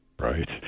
right